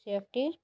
সে একটি